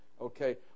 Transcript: Okay